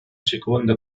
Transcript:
seconda